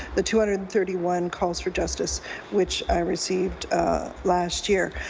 the two hundred and thirty one calls for justice which i received last year.